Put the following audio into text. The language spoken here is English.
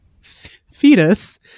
fetus